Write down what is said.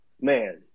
man